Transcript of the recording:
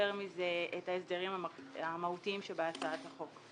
מזה את ההסדרים המהותיים שבהצעת החוק.